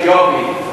אתיופי,